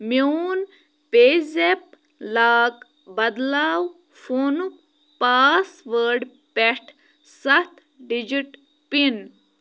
میون پے zip lock بدلاو فونُک پاسوٲڈ پٮ۪ٹھ سَتھ ڈِجِٹ پِن